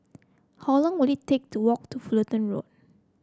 how long will it take to walk to Fullerton Road